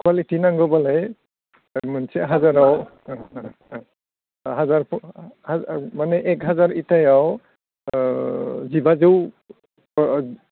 quality नांगौब्लालाय मोनसे हाजाराव माने एकहाजार इथायाव जिबाजौ